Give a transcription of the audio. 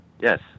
Yes